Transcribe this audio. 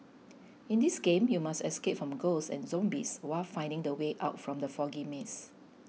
in this game you must escape from ghosts and zombies while finding the way out from the foggy maze